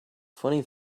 funny